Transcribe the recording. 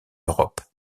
europe